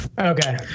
Okay